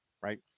right